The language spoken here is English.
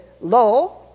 Lo